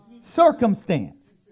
circumstance